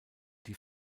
die